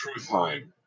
Truthheim